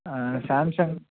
Samsung